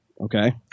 okay